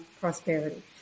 prosperity